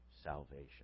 salvation